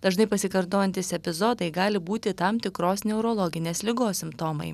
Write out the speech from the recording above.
dažnai pasikartojantys epizodai gali būti tam tikros neurologinės ligos simptomai